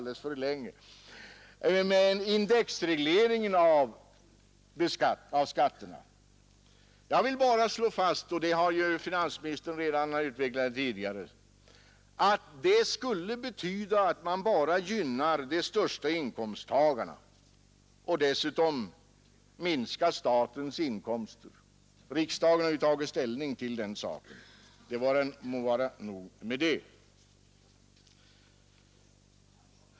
Det finns inga möjligheter att sänka skatten totalt, har man sagt till folkpartiledaren Helén på ett folkpartimöte, säger han. Folk förstår att det inte finns några möjligheter under den närmaste tiden, har han förklarat, och jag tror det.